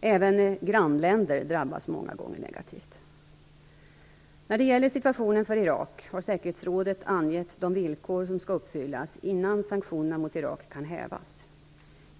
Även grannländer drabbas många gånger negativt. När det gäller situationen för Irak har säkerhetsrådet angett de villkor som skall uppfyllas innan sanktionerna mot Irak kan hävas.